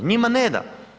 Njima ne da.